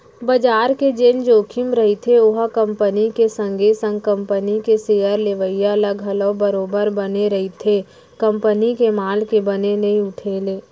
बजार के जेन जोखिम रहिथे ओहा कंपनी के संगे संग कंपनी के सेयर लेवइया ल घलौ बरोबर बने रहिथे कंपनी के माल के बने नइ उठे ले